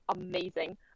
amazing